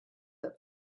that